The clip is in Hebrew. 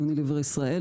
יוניליוור ישראל,